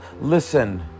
listen